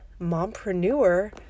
mompreneur